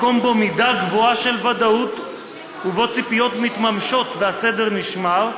מקום שבו מידה גבוהה של ודאות ובו ציפיות מתממשות והסדר נשמר,